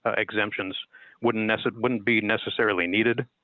ah exemptions wouldn't guess it wouldn't be necessarily needed.